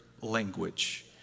language